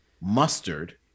mustard